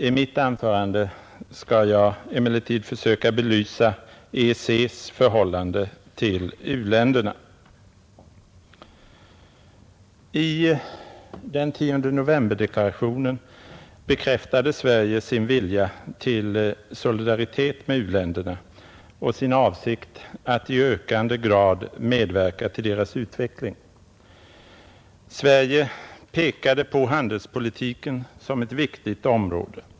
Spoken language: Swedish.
I mitt anförande skall jag emellertid försöka belysa EEC:s förhållande till u-länderna. I deklarationen den 10 november bekräftade Sverige sin vilja till solidaritet med u-länderna och sin avsikt att i ökande grad medverka till deras utveckling. Sverige pekade på handelspolitiken som ett viktigt område.